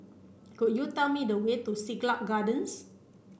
could you tell me the way to Siglap Gardens